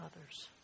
others